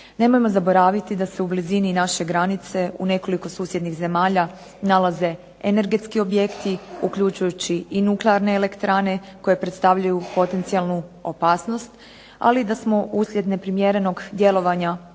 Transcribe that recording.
Nemojmo zaboraviti da se u blizini naše granice u nekoliko susjednih zemalja nalaze energetski objekti uključujući i nuklearne elektrane koje predstavljaju potencijalnu opasnost, ali i da smo uslijed neprimjerenog djelovanja